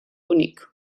únic